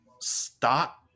stop